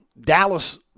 Dallas